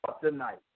tonight